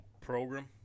program